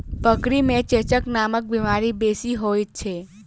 बकरी मे चेचक नामक बीमारी बेसी होइत छै